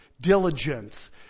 diligence